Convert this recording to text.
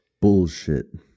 bullshit